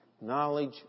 knowledge